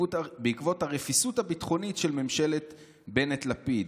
בעקבות הרפיסות הביטחונית של ממשלת בנט לפיד,